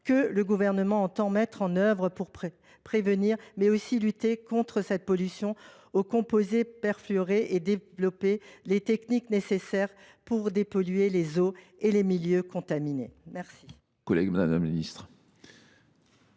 que le Gouvernement entend mettre en œuvre pour prévenir et lutter contre cette pollution aux composés perfluorés et développer les techniques nécessaires pour dépolluer les eaux et les milieux contaminés ?